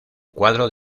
cuadro